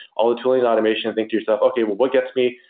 all the tooling and automation and think to yourself, okay. well, what gets me?